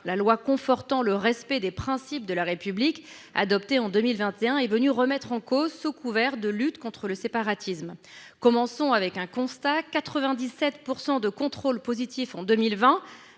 2021 confortant le respect des principes de la République -est venue remettre en cause sous couvert de lutte contre le séparatisme. Commençons par un constat : 97 % de contrôles positifs en 2020,